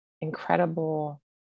incredible